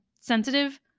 sensitive